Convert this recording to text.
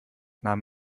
nahm